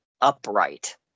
upright